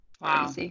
wow